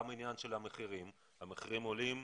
המחירים עולים.